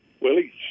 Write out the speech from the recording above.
Willie